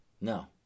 No